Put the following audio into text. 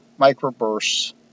microbursts